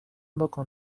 بکن